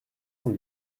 cent